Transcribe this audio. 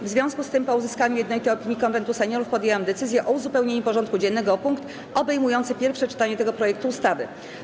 W związku z tym, po uzyskaniu jednolitej opinii Konwentu Seniorów, podjęłam decyzję o uzupełnieniu porządku dziennego o punkt obejmujący pierwsze czytanie tego projektu ustawy.